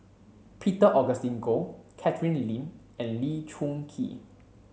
Peter Augustine Goh Catherine Lim and Lee Choon Kee